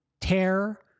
tear-